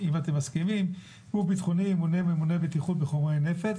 אם אתם מסכימים: בגוף ביטחוני ימונה ממונה בטיחות בחומרי נפץ